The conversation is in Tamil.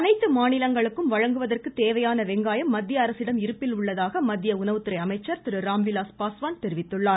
அனைத்து மாநிலங்களுக்கும் வழங்குவதற்கு தேவையான வெங்காயம் மத்திய அரசிடம் இருப்பில் உள்ளதாக மத்திய உணவுத்துறை அமைச்சர் திரு ராம்விலாஸ் பாஸ்வான் தெரிவித்துள்ளார்